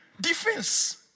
Defense